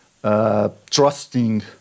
trusting